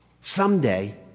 Someday